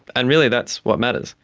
and really that's what matters,